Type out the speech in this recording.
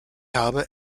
habe